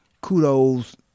kudos